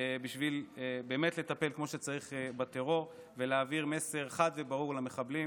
בשביל באמת לטפל כמו שצריך בטרור ולהעביר מסר חד וברור למחבלים,